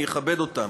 אני אכבד אותן.